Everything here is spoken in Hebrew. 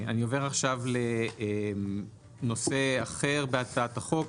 עובר לנושא אחר בהצעת החוק,